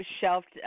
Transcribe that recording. shelved